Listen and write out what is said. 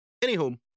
Anywho